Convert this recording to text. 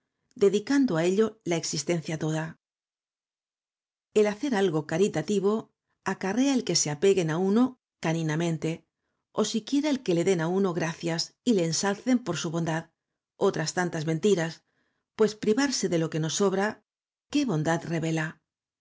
absolutodedicando á ello la existencia toda el hacer algo caritativo acarrea el que se apeguen á uno c a ninamente ó siquiera el que le den á uno gracias y le ensalcen por su bondad otras tantas mentiras pues privarse de lo que nos sobra qué bondad revela